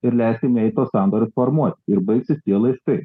ir leiskim jai tuos sandorius formuoti ir baigsis tie laiškai